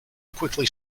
quickly